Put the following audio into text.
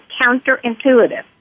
counterintuitive